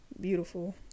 beautiful